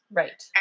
right